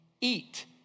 eat